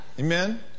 Amen